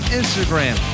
instagram